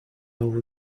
over